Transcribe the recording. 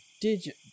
digit